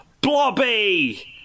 Blobby